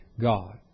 God